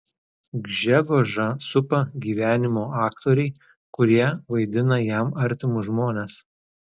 gžegožą supa gyvenimo aktoriai kurie vaidina jam artimus žmones